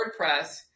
WordPress